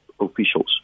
officials